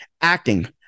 Acting